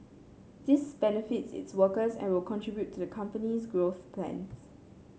this benefits its workers and will contribute to the company's growth plans